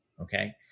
Okay